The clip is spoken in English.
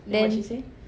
then